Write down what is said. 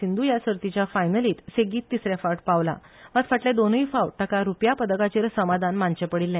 सिंधू ह्या सर्तीच्या फायनलित सेगीत तिसरे फावट पावला मात फाटले दोनूय फावटा ताका रुप्यापदकाचेर समाधान मानचे पडला